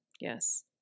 Yes